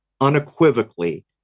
unequivocally